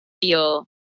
feel